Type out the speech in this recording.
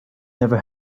never